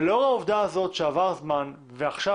ולאור העובדה הזאת שעבר זמן ועכשיו